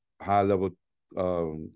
high-level